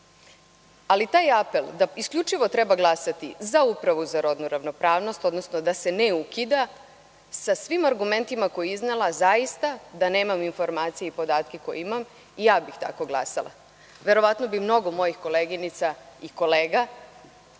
ali taj apel da isključivo treba glasati za Upravu za rodnu ravnopravnost, odnosno da se ne ukida, sa svim argumentima koje je iznela, zaista, da nemam informacije i podatke koje imam, ja bih tako glasala. Verovatno bi mnogo mojih koleginica i kolega